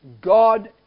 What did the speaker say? God